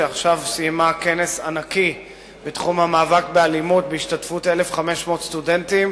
שעכשיו סיימה כנס ענק בתחום המאבק באלימות בהשתתפות 1,500 סטודנטים,